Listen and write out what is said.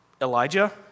Elijah